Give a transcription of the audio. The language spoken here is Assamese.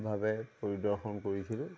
ভাৱে পৰিদৰ্শন কৰিছিলোঁ